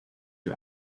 you